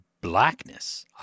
blackness